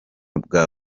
bwa